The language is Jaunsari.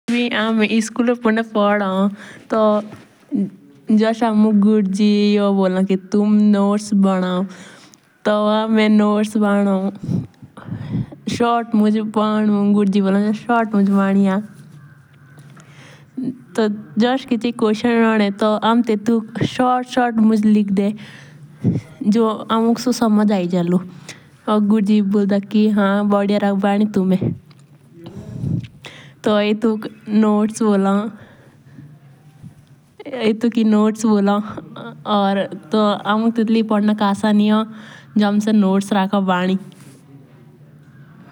जुआ एभी हमें स्कुलो पुंदे पोदोन तो जस हामुक गुर्जी ती तुन्हे नोटास भानो। नोट्स को हेम करने के लिए भानु ने मुंजा भानु को गोली मार दी। गुर्जी बोलन जे शॉट मुंजा भानिया तो हस किचेयी कुनी कोस्चियां होन टू टेटुक हामे शॉट शॉट मुंजा लिखड़े।